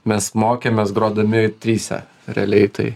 mes mokėmės grodami trise realiai tai